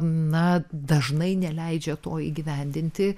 na dažnai neleidžia to įgyvendinti